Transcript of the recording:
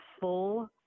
full